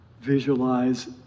Visualize